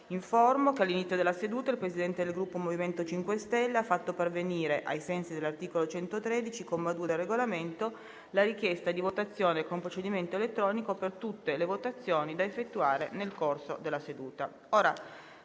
che all'inizio della seduta il Presidente del Gruppo MoVimento 5 Stelle ha fatto pervenire, ai sensi dell'articolo 113, comma 2, del Regolamento, la richiesta di votazione con procedimento elettronico per tutte le votazioni da effettuare nel corso della seduta.